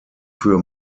für